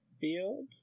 field